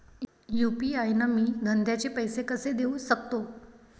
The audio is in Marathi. यू.पी.आय न मी धंद्याचे पैसे कसे देऊ सकतो?